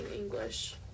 English